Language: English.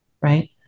right